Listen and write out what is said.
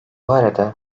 arada